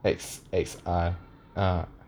X X_R ah